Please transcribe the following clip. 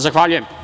Zahvaljujem.